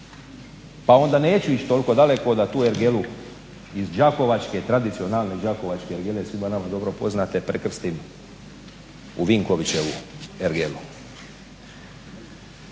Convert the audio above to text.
Pa onda neću ići toliko daleko da tu ergelu iz tradicionalne Đakovačke ergele svima nama dobro poznate prekrstim u Vinkovićevu ergelu.